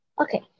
Okay